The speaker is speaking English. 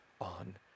on